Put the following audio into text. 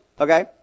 okay